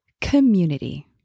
community